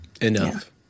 enough